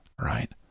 right